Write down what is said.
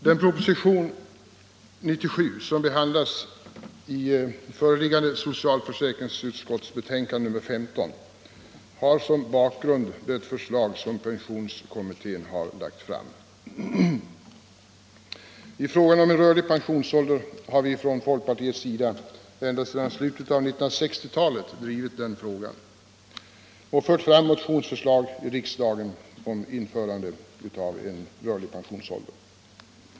Den proposition nr 97 som behandlas i socialförsäkringsutskottets betänkande nr 15 har som bakgrund det förslag som pensionsålderskommittén lagt fram. Från folkpartiets sida har vi ända sedan slutet av 1960-talet drivit frågan om en rörlig pensionsålder och fört fram motionsförslag i riksdagen.